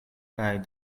kaj